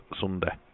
Sunday